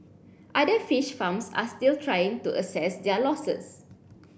other fish farms are still trying to assess their losses